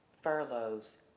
furloughs